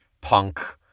punk